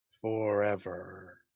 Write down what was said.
Forever